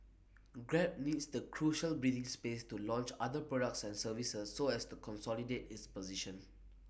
grab needs the crucial breathing space to launch other products and services so as to consolidate its position